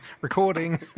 recording